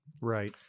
Right